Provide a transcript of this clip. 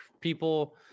people